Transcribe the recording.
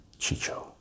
chicho